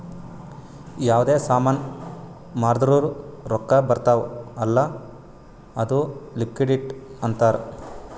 ಯಾವ್ದೇ ಸಾಮಾನ್ ಮಾರ್ದುರ್ ರೊಕ್ಕಾ ಬರ್ತಾವ್ ಅಲ್ಲ ಅದು ಲಿಕ್ವಿಡಿಟಿ ಅಂತಾರ್